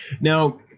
Now